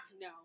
No